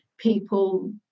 People